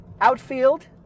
Outfield